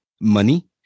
money